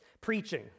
Preaching